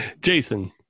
Jason